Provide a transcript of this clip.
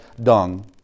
dung